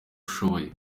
ushoboye